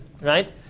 right